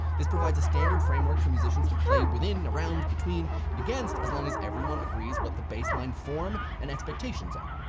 this provides a standard framework for musicians to play within, around, between, and against as long as everyone agrees what the baseline form and expectations are.